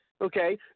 Okay